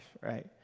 right